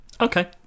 Okay